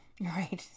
Right